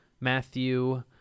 Matthew